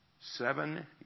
Seven